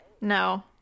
No